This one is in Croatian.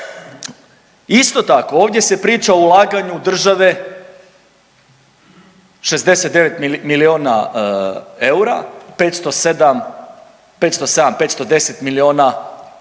Isto tako ovdje se priča o ulaganju države 69 milijuna eura, 507, 510 milijuna